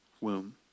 womb